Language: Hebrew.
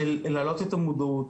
של להעלות את המודעות.